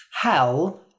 Hell